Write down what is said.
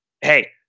hey